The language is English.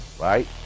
right